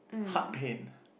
heart pain